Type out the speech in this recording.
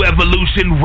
Evolution